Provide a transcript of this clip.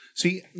See